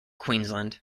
queensland